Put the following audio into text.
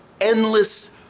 endless